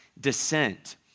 descent